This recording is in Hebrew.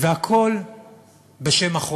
והכול בשם החוק,